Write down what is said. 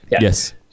Yes